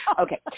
Okay